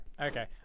Okay